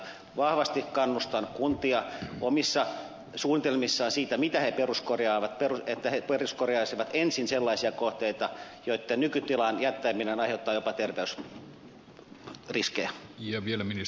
vahvasti kannustan kuntia omissa suunnitelmissaan siitä mitä ne peruskorjaavat että ne peruskorjaisivat ensin sellaisia kohteita joitten nykytilaan jättäminen aiheuttaa jopa terveysriskejä